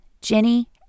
Jenny